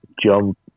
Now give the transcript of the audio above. jump